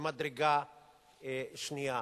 ממדרגה שנייה,